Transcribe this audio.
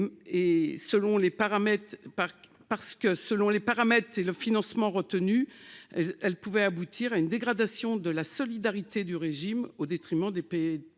Selon les paramètres et le financement retenus, elle pourrait aboutir à une dégradation de la solidarité du régime au détriment des paysans